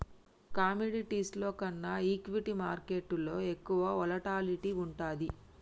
కమోడిటీస్లో కన్నా ఈక్విటీ మార్కెట్టులో ఎక్కువ వోలటాలిటీ వుంటది